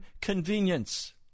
convenience